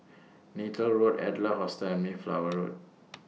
Neythal Road Adler Hostel and Mayflower Road